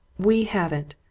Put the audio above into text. we haven't!